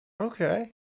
Okay